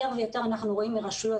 יותר ויותר אנחנו רואים מרשויות,